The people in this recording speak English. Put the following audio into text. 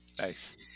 Nice